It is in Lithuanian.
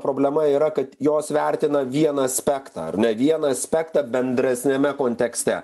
problema yra kad jos vertina vieną aspektą ar ne vieną aspektą bendresniame kontekste